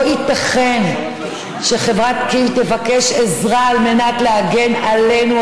לא ייתכן שחברת כים תבקש עזרה על מנת להגן עלינו,